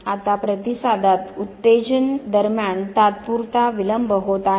आता प्रतिसादात उत्तेजन दरम्यान तात्पुरता विलंब होत आहे